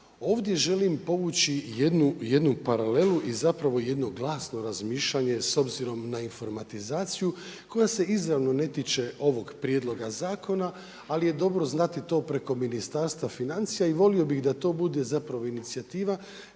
ovdje želim povući jednu paralelu i zapravo jedno glasno razmišljanje, s obzirom na informatizaciju, koja se izravno ne tiče ovog prijedloga zakona, ali je dobro znati to preko Ministarstva financija i volio bi da to bude zapravo inicijativa